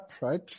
right